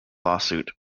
lawsuit